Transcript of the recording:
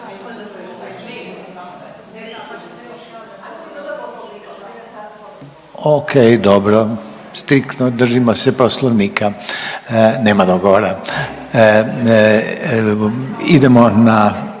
Okej, dobro, striktno držimo se Poslovnika. Nema dogovora.